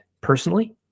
personally